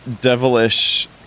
devilish